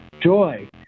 joy